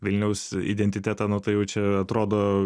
vilniaus identitetą nu tai jau čia atrodo